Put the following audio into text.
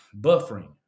buffering